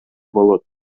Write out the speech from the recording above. болот